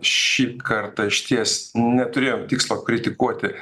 šį kartą išties neturėjom tikslo kritikuoti